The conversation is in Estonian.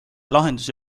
lahendusi